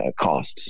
costs